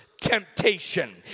temptation